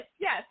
yes